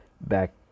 back